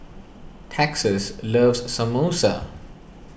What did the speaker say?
Texas loves Samosa